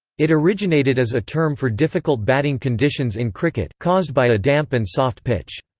it originated as a term for difficult batting conditions in cricket, caused by a damp and soft pitch.